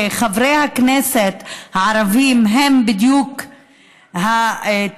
שחברי הכנסת הערבים הם בדיוק התעודה